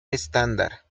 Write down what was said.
estándar